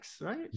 right